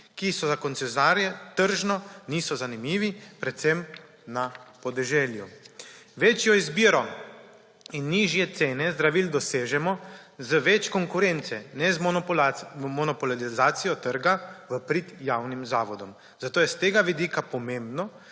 ki za koncesionarje tržno niso zanimivi predvsem na podeželju. Večjo izbiro in nižje cene zdravil dosežemo z več konkurence, ne z monopolizacijo trga v prid javnim zavodom, zato je s tega vidika pomembno,